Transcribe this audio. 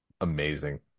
Amazing